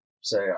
say